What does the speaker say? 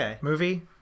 movie